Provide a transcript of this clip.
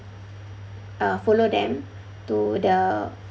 uh follow them to the